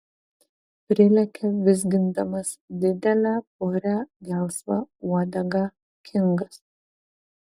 prilekia vizgindamas didelę purią gelsvą uodegą kingas